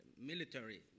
military